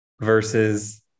versus